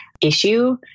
issue